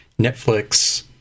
Netflix